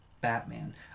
batman